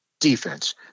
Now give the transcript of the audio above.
defense